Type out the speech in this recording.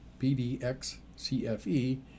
pdxcfe